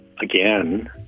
again